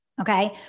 Okay